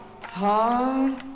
hard